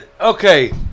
Okay